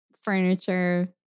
furniture